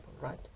right